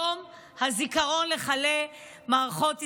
יום הזיכרון לחללי מערכות ישראל.